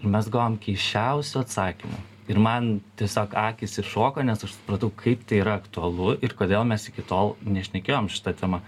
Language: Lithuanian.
ir mes gavom keisčiausių atsakymų ir man tiesiog akys iššoko nes aš supratau kaip tai yra aktualu ir kodėl mes iki tol nešnekėjom šita tema